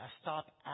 stop